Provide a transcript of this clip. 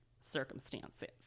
circumstances